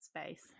space